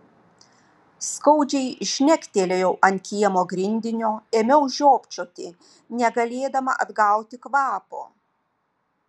skaudžiai žnektelėjau ant kiemo grindinio ėmiau žiopčioti negalėdama atgauti kvapo